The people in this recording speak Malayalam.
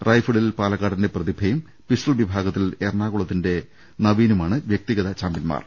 റൈഫിളിൽ പാലക്കാടിന്റെ പ്രതി ഭയും പിസ്റ്റൾ വിഭാഗത്തിൽ എറണാകുളത്തിന്റെ നവീനുമാണ് വൃക്തിഗത ചാമ്പ്യന്മാർ